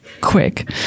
quick